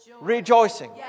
rejoicing